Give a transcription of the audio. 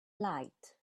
light